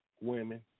women